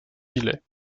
îlets